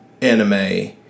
anime